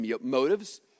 motives